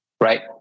Right